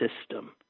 system